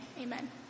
amen